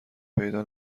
پیدا